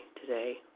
today